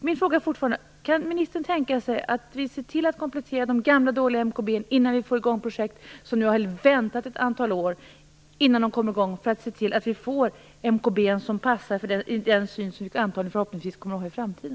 Min fråga är fortfarande: Kan ministern tänka sig att vi ser till att komplettera de gamla dåliga MKB:na innan vi får i gång projekt som nu har väntat ett antal år, så att vi får MKB:ar som passar för den syn som vi antagligen och förhoppningsvis kommer att ha i framtiden?